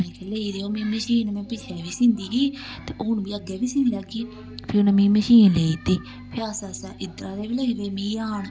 में आखेआ लेई दे मिगी मशीन में पिच्छै बी सींदी ही ते हून बी अग्गें बी सी लैगी फिर उ'नें मिगी मशीन लेई दित्ती फिर आस्ता आस्ता इद्धरा दे बी लगी पे मिगी आन